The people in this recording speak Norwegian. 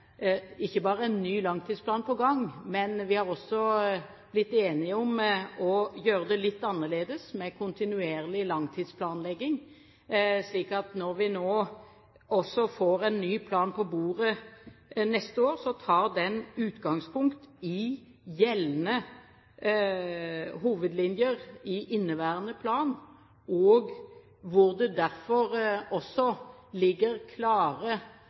ny langtidsplan på gang, men vi har også blitt enige om å gjøre det litt annerledes, med kontinuerlig langtidsplanlegging. Når vi også får en ny plan på bordet neste år, tar den utgangspunkt i gjeldende hovedlinjer i inneværende plan. Der ligger det derfor også klare